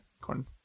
Corn